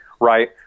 right